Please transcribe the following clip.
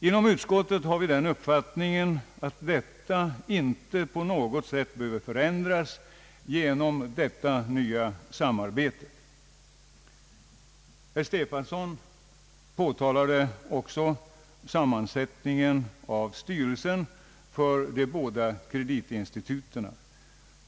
Inom utskottet har vi uppfattningen att deita inte på något sätt behöver förändras genom det nya samarbetet. Herr Stefanson nämnda också sammansättningen av styrelsen för de båda kreditinstituten.